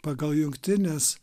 pagal jungtines